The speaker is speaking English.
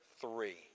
three